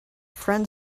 friend